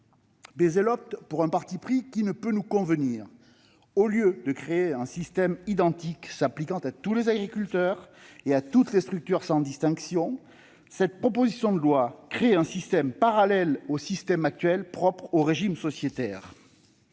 auteurs optent pour un parti pris qui ne peut nous convenir : au lieu de créer un système identique s'appliquant à tous les agriculteurs et à toutes les structures sans distinction, on construit un système parallèle au système actuel, propre au régime sociétaire.